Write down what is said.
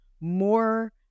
more